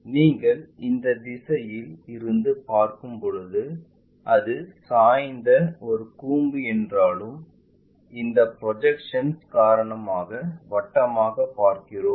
நீங்கள் இந்த திசையில் இருந்து பார்க்கும்போது அது சாய்ந்த ஒரு கூம்பு என்றாலும் இந்த ப்ரொஜெக்ஷன்ஸ் காரணமாக வட்டமாக பார்க்கிறோம்